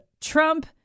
Trump